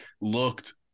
looked